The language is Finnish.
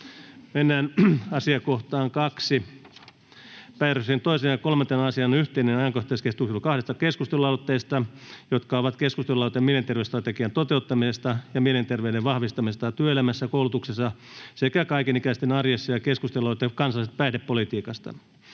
sotkuun. Päiväjärjestyksen 2. ja 3. asiana on yhteinen ajankohtaiskeskustelu kahdesta keskustelualoitteesta, jotka ovat keskustelualoite mielenterveysstrategian toteuttamisesta ja mielenterveyden vahvistamisesta työelämässä, koulutuksessa sekä kaikenikäisten arjessa ja keskustelualoite kansallisesta päihdepolitiikasta.